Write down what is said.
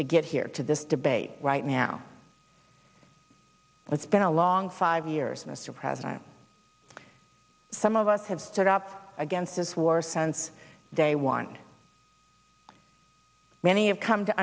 to get here to this debate right now it's been a long five years mr president some of us have stood up against this war sense they want many have come to